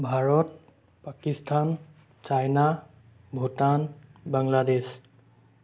Bharat Pakistan China Bhutan Bangladesh